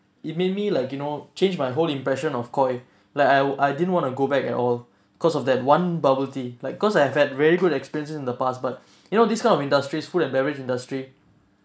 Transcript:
it made me like you know changed my whole impression of koi like I I didn't want to go back at all cause of that one bubble tea like cause I have had really good experience in the past but you know this kind of industries food and beverage industry